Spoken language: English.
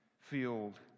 field